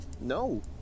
No